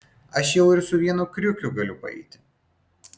aš jau ir su vienu kriukiu galiu paeiti